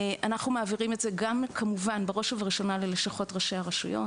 אנחנו מעבירים את זה בראש ובראשונה ללשכות של ראשי הרשויות,